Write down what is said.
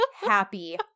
happy